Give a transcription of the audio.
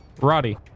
Roddy